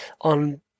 on